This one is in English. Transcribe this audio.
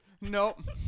Nope